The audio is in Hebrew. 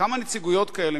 בכמה נציגויות כאלה,